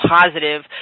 positive